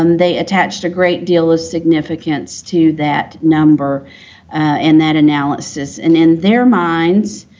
um they attached a great deal of significance to that number and that analysis. and, in their minds,